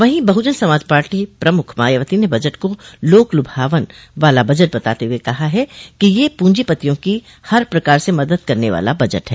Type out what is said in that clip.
वहीं बहुजन समाज पार्टी प्रमुख मायावती ने बजट को लोक लुभावन वाला बजट बताते हुए कहा है कि यह प्रंजीपतियों की हर प्रकार से मदद करने वाला बजट है